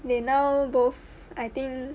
they now both I think